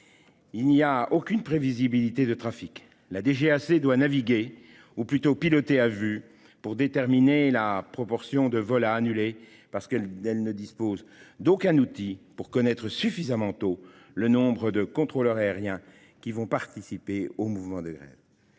Il n'y a aucune prévisibilité du trafic : la DGAC doit naviguer- ou plutôt piloter -à vue pour déterminer la proportion de vols à annuler, car elle ne dispose d'aucun outil pour connaître suffisamment tôt le nombre de contrôleurs aériens qui participeront à un mouvement de grève.